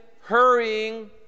hurrying